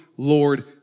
Lord